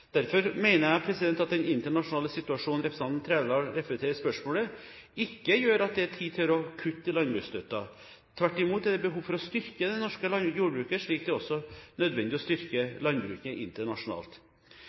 Derfor mener jeg at den internasjonale situasjonen representanten Trældal refererer til i spørsmålet, ikke gjør at det er tid for å kutte i landbruksstøtten. Tvert imot er det behov for å styrke det norske jordbruket – slik det også er nødvendig å